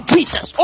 Jesus